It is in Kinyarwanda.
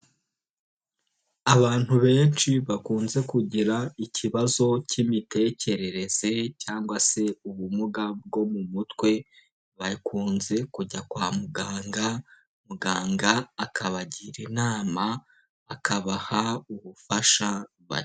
Abantu benshi bakunze kugira ikibazo cy'imitekerereze cyangwa se ubumuga bwo mu mutwe, bakunze kujya kwa muganga, muganga akabagira inama akabaha ubufasha ba.